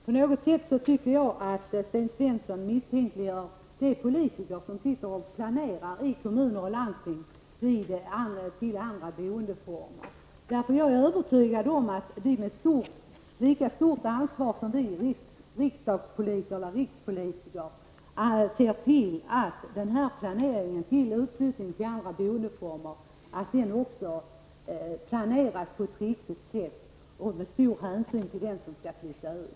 Fru talman! På något sätt tycker jag Sten Svensson misstänkliggör de politiker som i kommuner och landsting planerar övergången till andra boendeformer. Jag är övertygad om att de känner lika stort ansvar som vi rikspolitiker och ser till att planeringen av utflyttningen till andra boendeformer sker på ett riktigt sätt och med stor hänsyn till dem som skall flytta ut.